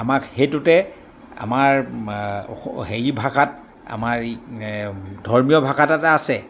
আমাক সেইটোতে আমাৰ অখ হেৰি ভাষাত আমাৰ ধৰ্মীয় ভাষাত এটা আছে